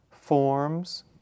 Forms